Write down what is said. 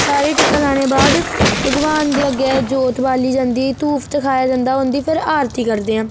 सारें गी टिक्का लाने दे बाद भगवान दे अग्गै ज्योत बाल्ली जंदी धूप धखाया जंदा उंदी फिर आरती करदे ऐ